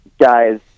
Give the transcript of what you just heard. guys